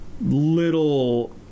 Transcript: little